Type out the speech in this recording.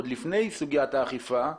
עוד לפני סוגיית האכיפה,